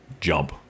jump